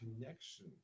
connection